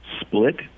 split